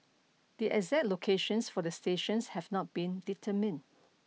the exact locations for the stations have not been determined